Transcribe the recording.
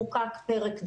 חוקק פרק ד',